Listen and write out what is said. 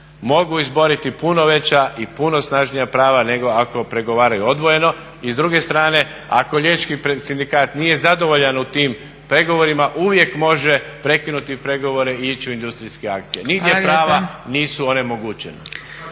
mogu izboriti puno veća i puno snažnija prava nego ako pregovaraju odvojeno. I s druge strane, ako liječnički sindikat nije zadovoljan u tim pregovorima uvijek može prekinuti pregovore i ići u industrijske akcije. Nigdje prava nisu onemogućena.